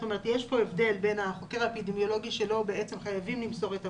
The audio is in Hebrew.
יש כאן הבדל בין החוקר האפידמיולוגי שלו חייבים למסור את המידע,